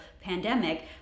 pandemic